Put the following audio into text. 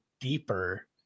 Deeper